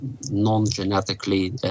non-genetically